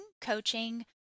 coaching